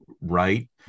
right